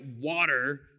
water